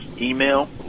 email